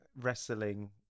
wrestling